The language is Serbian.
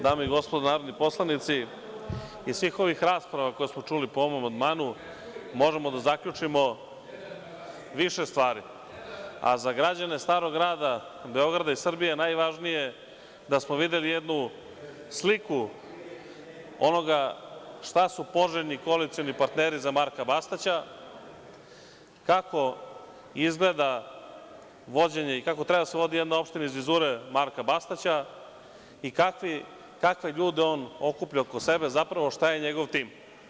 Dame i gospodo narodni poslanici, iz svih ovih rasprava koje smo čuli po ovom amandmanu možemo da zaključimo više stvari, a za građane Starog Grada Beograda i Srbije najvažnije je da smo videli jednu sliku onoga šta su poželjni koalicioni partneri za Marka Bastaća, kako izgleda vođenje i kako treba da se vodi jedna opština iz vizure Marka Bastaća i kakve ljude on okuplja oko sebe, zapravo, šta je njegov tim.